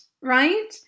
right